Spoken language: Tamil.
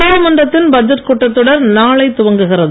நாடாளுமன்றத்தின் பட்ஜெட் கூட்டத் தொடர் நாளை துவங்குகிறது